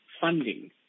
funding